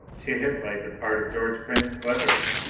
she had played the part of george prince cleverly,